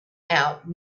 out